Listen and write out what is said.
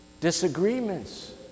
disagreements